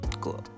Cool